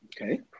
Okay